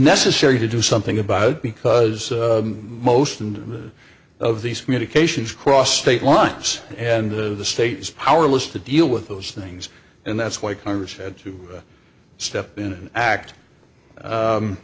necessary to do something about it because most and of these communications crossed state lines and the state is powerless to deal with those things and that's why congress had to step in and act